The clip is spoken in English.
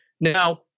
now